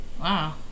Wow